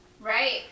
Right